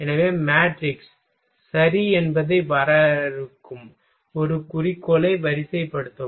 எனவே மேட்ரிக்ஸ் சரி என்பதை வரையறுக்கும் ஒரு குறிக்கோளை வரிசைப்படுத்தவும்